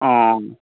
অ'